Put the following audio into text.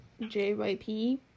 JYP